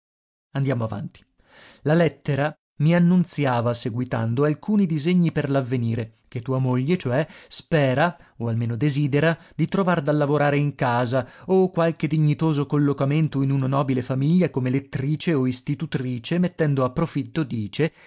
andiamo avanti la lettera mi annunziava seguitando alcuni disegni per l'avvenire che tua moglie cioè spera o almeno desidera di trovar da lavorare in casa o qualche dignitoso collocamento in una nobile famiglia come lettrice o istitutrice mettendo a profitto dice